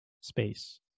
space